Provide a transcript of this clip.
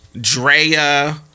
Drea